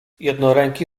jednoręki